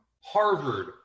Harvard